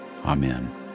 Amen